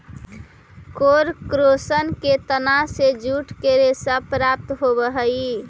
कोरकोरस के तना से जूट के रेशा प्राप्त होवऽ हई